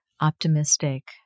optimistic